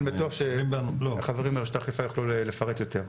אני בטוח שחבריי מרשות האכיפה יוכלו לפרט יותר.